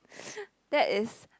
that is